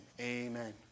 Amen